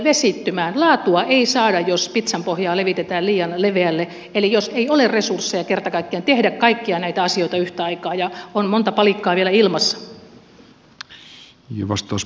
laatua ei saada jos pitsanpohjaa levitetään leveälle eli jos ei ole resursseja kerta kaikkiaan tehdä kaikkia näitä asioita yhtä aikaa ja on monta palikkaa vielä ilmassa